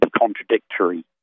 contradictory